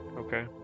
Okay